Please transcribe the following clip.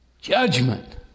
Judgment